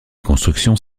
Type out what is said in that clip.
constructions